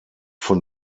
von